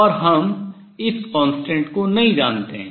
और हम इस constant स्थिरांक को नहीं जानते हैं